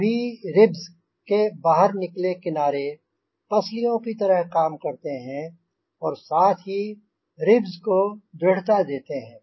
सभी रिब्ज़ के बाहर निकले किनारे पसलियों की तरह काम करते हैं और साथ ही रिब्ज़ को दृढ़ता देते हैं